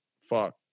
fuck